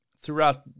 throughout